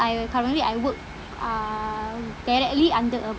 I current I work uh directly under a